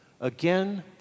again